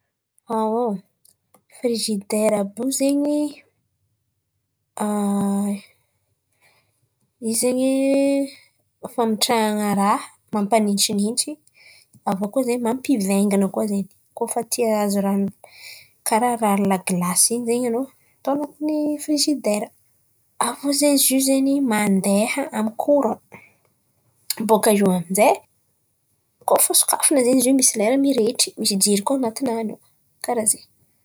Frizidera àby io zen̈y, io zen̈y famitrahan̈a raha mampanintsinintsy avô koa zen̈y mampivaingan̈a koa zen̈y koa fa tia, ahazo raha karà ranon̈y laglasy in̈y zen̈y an̈ao atao an̈atin̈y frizidera. Avô zen̈y zio zen̈y mandeha amy ny koron bôka eo amin'jay koa fa sokafana zen̈y zio misy lera mirehitry misy jiro koa anatinany. Karazen̈y.